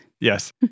Yes